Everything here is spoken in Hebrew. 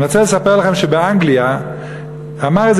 אני רוצה לספר לכם שבאנגליה אמר איזה